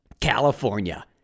California